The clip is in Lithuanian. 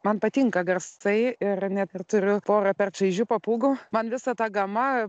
man patinka garsai ir net ir turiu porą per čaižių papūgų man visa ta gama